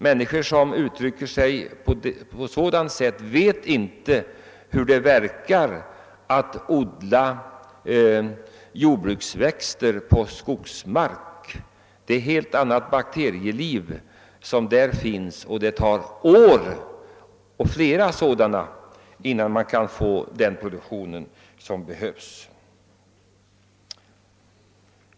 Människor som uttrycker sig så vet inte hur det verkar när man försöker odla jordbruksväxter på skogsmark. Det är ett helt annat bakterieliv i en åker än i en skogsmark och det kan ta flera år innan man får till stånd den produktion som behövs.